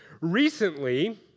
Recently